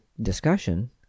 discussion